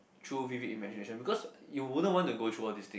through vivid imagination because you wouldn't want to go through all these thing